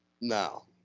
No